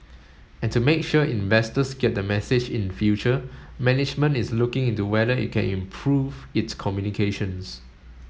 and to make sure investors get the message in future management is looking into whether it can improve its communications